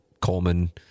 Coleman